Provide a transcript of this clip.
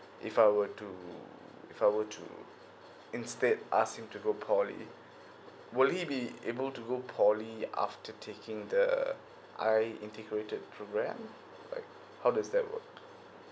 if I were to if I were to instead ask him to go poly would he be able to go poly after taking the I integrated program like how does that work